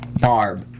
Barb